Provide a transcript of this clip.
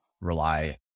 rely